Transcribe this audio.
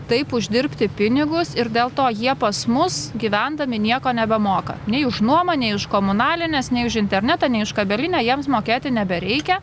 taip uždirbti pinigus ir dėl to jie pas mus gyvendami nieko nebemoka nei už nuomą nei už komunalines nei už internetą nei už kabelinę jiems mokėti nebereikia